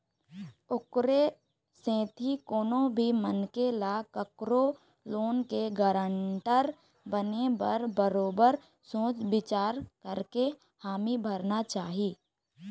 ओखरे सेती कोनो भी मनखे ल कखरो लोन के गारंटर बने बर बरोबर सोच बिचार करके हामी भरना चाही